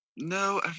no